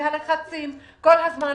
ואת הלחצים כל הזמן,